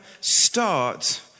start